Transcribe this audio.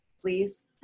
please